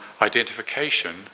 identification